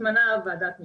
מתמנה ועדת משמעת,